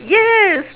yes